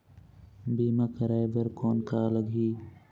बीमा कराय बर कौन का लगही?